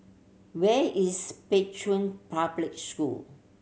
where is Pei Chun Public School